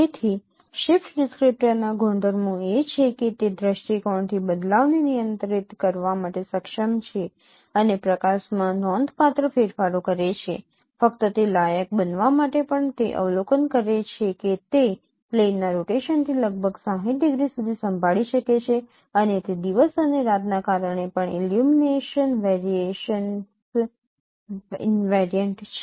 તેથી shift descriptor ના ગુણધર્મો એ છે કે તે દ્રષ્ટિકોણથી બદલાવને નિયંત્રિત કરવા માટે સક્ષમ છે અને પ્રકાશ માં નોંધપાત્ર ફેરફારો કરે છે ફક્ત તે લાયક બનવા માટે પણ તે અવલોકન કરે છે કે તે પ્લેન ના રોટેશનથી લગભગ 60 ડિગ્રી સુધી સંભાળી શકે છે અને તે દિવસ અને રાતના કારણે પણ ઈલ્યુમિનેશન વેરીએશન્સ ઈનવેરિયન્ટ છે